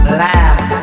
laugh